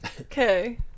Okay